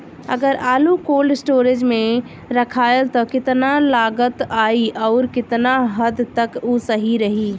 अगर आलू cold storage में रखायल त कितना लागत आई अउर कितना हद तक उ सही रही?